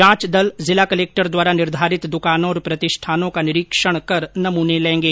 जांच दल जिला कलेक्टर द्वारा निर्धारित दुकानों और प्रतिष्ठानों का निरीक्षण कर नमूने लेंगे